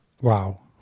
Wow